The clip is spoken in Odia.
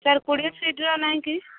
ସାର୍ କୋଡ଼ିଏ ଫିଟ୍ର ନାହିଁ କି